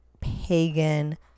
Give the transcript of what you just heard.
pagan